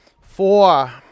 Four